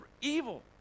evil